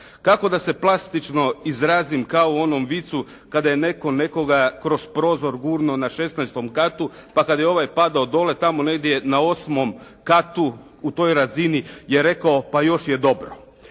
Kako da se plastično izrazim kao u onom vicu kada je netko nekoga kroz prozor gurnuo na 16. katu, pa kad je ovaj padao dole tamo negdje na 8. katu u toj razini je rekao pa još je dobro.